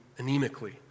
anemically